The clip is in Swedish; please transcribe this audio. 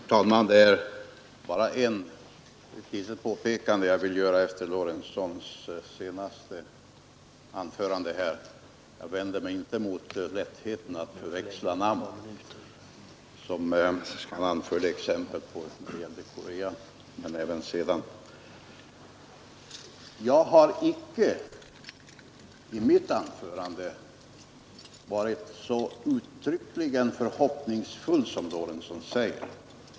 Herr talman! Det är bara ett litet påpekande jag vill göra efter herr Lorentzons senaste anförande. Jag skall inte gå in på lättheten att förväxla namn — herr Lorentzon anförde ju ett exempel då det gällde Korea men gav senare själv prov på svårigheterna att korrekt återge namn. Jag har icke i mitt anförande varit så uttryckligen förhoppningsfull som herr Lorentzon säger.